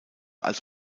als